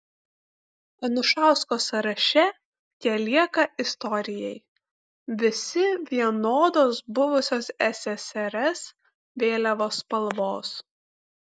anušausko sąraše jie lieka istorijai visi vienodos buvusios ssrs vėliavos spalvos